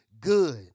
good